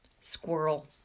Squirrel